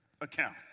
account